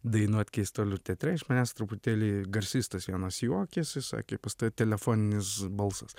dainuot keistuolių teatre iš manęs truputėlį garsistas vienas juokėsi sakė pas tave telefoninis balsas